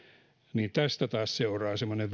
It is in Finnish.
niin tästä taas seuraa semmoinen